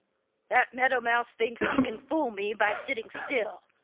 that meadow mouse thinks he can fool me by sitting still.